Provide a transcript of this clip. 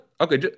okay